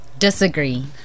Disagree